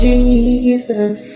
Jesus